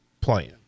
plan